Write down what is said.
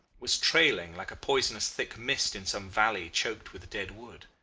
was trailing, like a poisonous thick mist in some valley choked with dead wood.